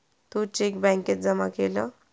तू cheque बॅन्केत जमा केलं?